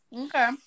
Okay